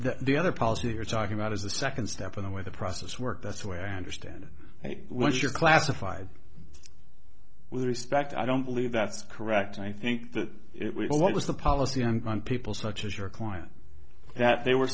that the other policy you're talking about is the second step in the way the process work that's the way i understand what you're classified with respect i don't believe that's correct i think that it was what was the policy and people such as your client that they were